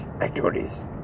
activities